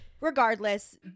Regardless